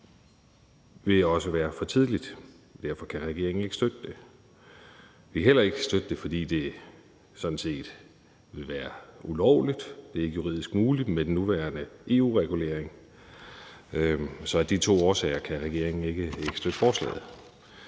i 2025 også være for tidligt. Derfor kan regeringen ikke støtte det. Vi kan heller ikke støtte det, fordi det sådan set ville være ulovligt. Det er ikke juridisk muligt med den nuværende EU-regulering. Så af de to årsager kan regeringen ikke støtte forslaget.